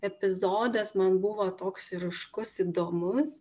epizodas man buvo toks ryškus įdomus